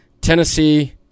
Tennessee